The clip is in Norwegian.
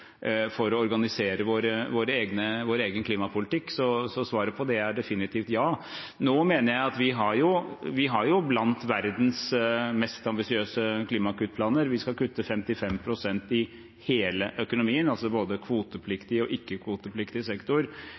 vår egen klimapolitikk. Så svaret på det er definitivt ja. Nå mener jeg at vår plan er blant verdens mest ambisiøse klimakuttplaner. Vi skal kutte 55 pst. i hele økonomien, altså både kvotepliktig og ikke-kvotepliktig sektor,